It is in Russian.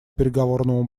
переговорному